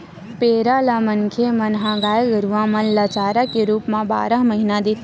पेरा ल मनखे मन ह गाय गरुवा मन ल चारा के रुप म बारह महिना देथे